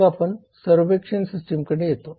मग आपण सर्व्क्शन सिस्टमकडे येतो